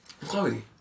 Chloe